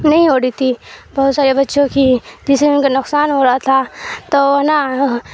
نہیں ہو رہی تھی بہت سارے بچوں کی جسے ان کا نقصان ہو رہا تھا تو نا